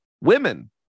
Women